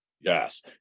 Yes